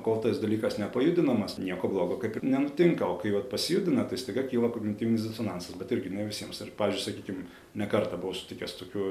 kol tas dalykas nepajudinamas nieko blogo kaip ir nenutinka o kai vat pasijudina tai staiga kyla kognityvinis disonansas bet irgi ne visiems ir pavyzdžiui sakykim ne kartą buvau sutikęs tokių